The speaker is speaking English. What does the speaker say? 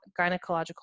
gynecological